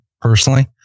personally